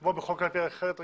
כמו בכל קלפי אחרת רגילה?